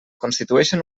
constitueixen